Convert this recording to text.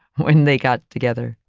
when they got together.